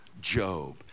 Job